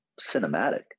cinematic